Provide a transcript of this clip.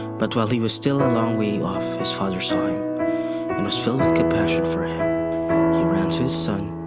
but while he was still a long way off, his father saw the him and was filled with compassion for him he ran to his son,